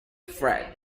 fred